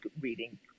reading